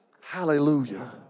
Hallelujah